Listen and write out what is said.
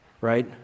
right